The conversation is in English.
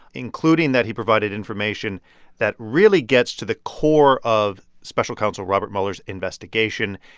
including that he provided information that really gets to the core of special counsel robert mueller's investigation.